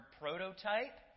prototype